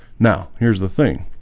now here's the thing